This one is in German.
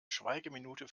schweigeminute